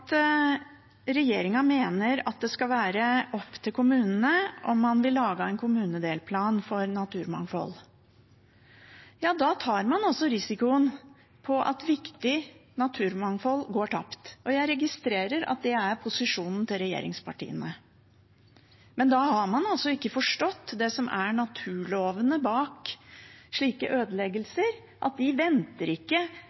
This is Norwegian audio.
det skal være opp til kommunene om man vil lage en kommunedelplan for naturmangfold. Da risikerer man også at viktig naturmangfold går tapt. Og jeg registrerer at det er regjeringspartienes posisjon. Men da har man ikke forstått det som er naturlovene bak slike